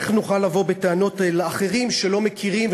איך נוכל לבוא בטענות אל אחרים שלא מכירים,